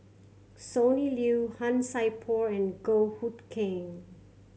Sonny Liew Han Sai Por and Goh Hood Keng